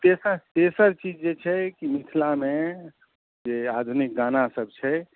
तेसर तेसर चीज जे छै मिथिलामे जे आधुनिक गाना सब छै